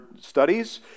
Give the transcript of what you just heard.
studies